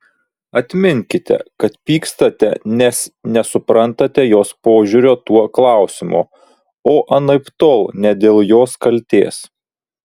atminkite kad pykstate nes nesuprantate jos požiūrio tuo klausimu o anaiptol ne dėl jos kaltės